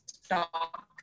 stock